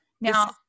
Now